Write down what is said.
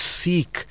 seek